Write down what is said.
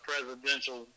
presidential